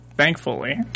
Thankfully